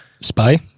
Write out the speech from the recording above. Spy